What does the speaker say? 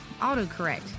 autocorrect